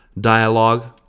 dialogue